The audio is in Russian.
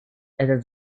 этот